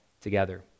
together